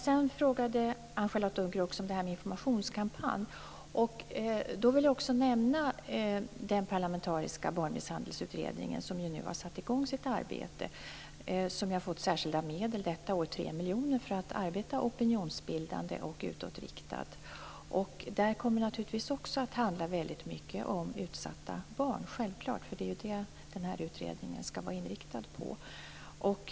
Sedan frågade Anne-Katrine Dunker också om informationskampanjer. Då vill jag också nämna den parlamentariska barnmisshandelsutredningen, som nu har satt i gång sitt arbete och som har fått särskilda medel - detta år 3 miljoner - för att arbeta opinionsbildande och utåtriktat. Där kommer det naturligtvis också att handla väldigt mycket om utsatta barn. Det är ju det denna utredning skall vara inriktad på.